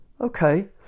okay